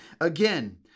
Again